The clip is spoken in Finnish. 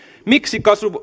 miksi